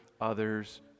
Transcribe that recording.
others